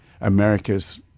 America's